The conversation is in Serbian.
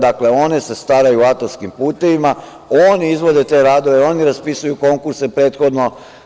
Dakle, one se staraju o atarskim putevima, one izvode te radove, one raspisuju konkurse prethodno.